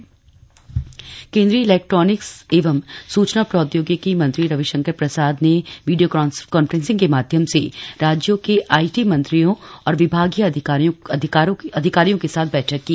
IT बैठक केन्द्रीय electronics एवं सूचना प्रोद्योगिकी मंत्री रविशंकर प्रसाद ने वीडियों कान्फ्रेसिंग के माध्यम से राज्यों के आई टी मंत्रियों और विभागीय अधिकारियों के साथ बैठक की